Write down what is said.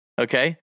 Okay